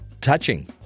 touching